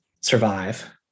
survive